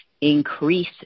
increase